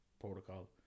protocol